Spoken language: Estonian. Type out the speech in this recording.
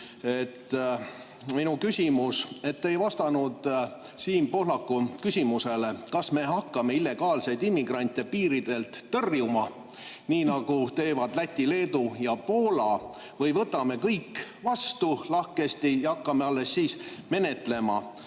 küsimus. Te ei vastanud Siim Pohlaku küsimusele, kas me hakkame illegaalseid immigrante piiridelt tõrjuma, nii nagu teevad Läti, Leedu ja Poola, või võtame kõik vastu lahkesti ja hakkame alles siis menetlema.